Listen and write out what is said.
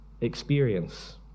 experience